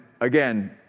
again